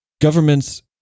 governments